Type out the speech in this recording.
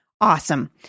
Awesome